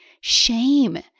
Shame